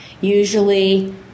Usually